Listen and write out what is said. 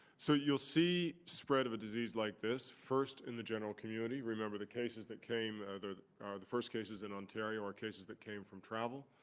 so you'll see spread of a disease like this first in the general community. remember the cases that came are the the first cases in ontario are cases that came from travel.